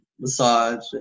massage